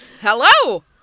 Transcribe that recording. Hello